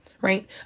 Right